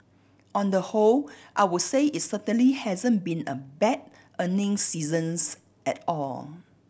on the whole I would say it's certainly hasn't been a bad earning seasons at all